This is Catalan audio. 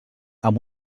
amb